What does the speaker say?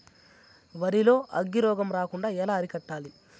వరి లో అగ్గి రోగం రాకుండా ఎలా అరికట్టాలి?